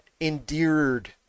endeared